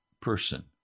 person